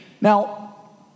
Now